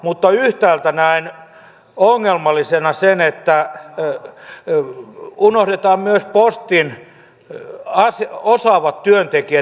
mutta yhtäältä näen ongelmallisena sen että unohdetaan myös postin osaavat työntekijät